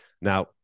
Now